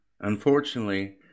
Unfortunately